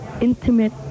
intimate